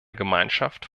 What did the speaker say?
gemeinschaft